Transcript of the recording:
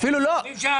אתם אומרים שהתקציב בטל.